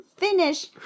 Finish